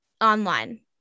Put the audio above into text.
online